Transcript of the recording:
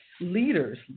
Leaders